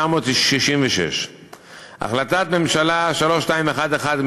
2,375,966. החלטת ממשלה 3211,